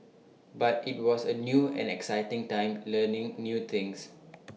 but IT was A new and exciting time learning new things